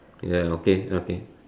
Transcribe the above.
ya okay okay